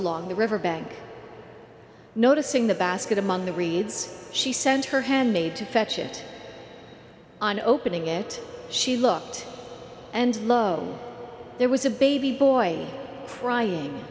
along the river bank noticing the basket among the reeds she sent her handmade to fetch it on opening it she looked and lo there was a baby boy crying